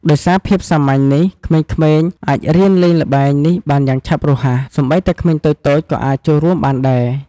ដោយសារភាពសាមញ្ញនេះ ក្មេងៗអាចរៀនលេងល្បែងនេះបានយ៉ាងឆាប់រហ័ស សូម្បីតែក្មេងតូចៗក៏អាចចូលរួមបានដែរ។